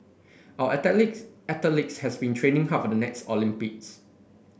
our athlete athletes have been training hard for the next Olympics